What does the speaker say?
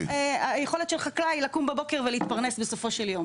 על היכולת של חקלאי לקום בבוקר ולהתפרנס בסופו יום.